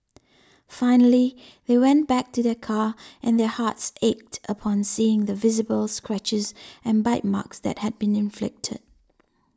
finally they went back to their car and their hearts ached upon seeing the visible scratches and bite marks that had been inflicted